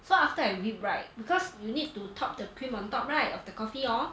so after I whip right because you need to top the cream on top right of the coffee hor